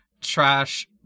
trash